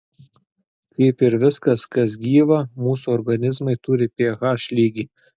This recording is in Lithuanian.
kaip ir viskas kas gyva mūsų organizmai turi ph lygį